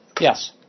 Yes